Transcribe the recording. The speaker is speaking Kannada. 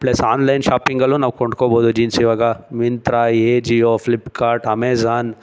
ಪ್ಲಸ್ ಆನ್ಲೈನ್ ಶಾಪಿಂಗಲ್ಲೂ ನಾವು ಕೊಂಡ್ಕೋಬೋದು ಜೀನ್ಸ್ ಇವಾಗ ಮಿಂತ್ರ ಎಜಿಒ ಫ್ಲಿಪ್ಕಾರ್ಟ್ ಅಮೇಜಾನ್